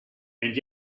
and